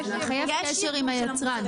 יש יבוא.